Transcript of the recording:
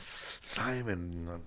Simon